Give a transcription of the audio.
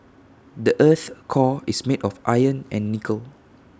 the Earth's core is made of iron and nickel